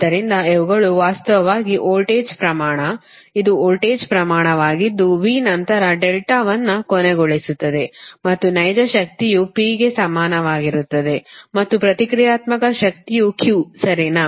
ಆದ್ದರಿಂದ ಇವುಗಳು ವಾಸ್ತವವಾಗಿ ವೋಲ್ಟೇಜ್ ಪ್ರಮಾಣ ಇದು ವೋಲ್ಟೇಜ್ ಪ್ರಮಾಣವಾಗಿದ್ದು V ನಂತರ ಡೆಲ್ಟಾವನ್ನು ಕೋನಗೊಳಿಸುತ್ತದೆ ಮತ್ತು ನೈಜ ಶಕ್ತಿಯು P ಗೆ ಸಮಾನವಾಗಿರುತ್ತದೆ ಮತ್ತು ಪ್ರತಿಕ್ರಿಯಾತ್ಮಕ ಶಕ್ತಿಯು Q ಸರಿನಾ